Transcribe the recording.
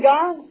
God